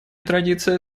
традиция